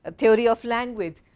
ah theory of language,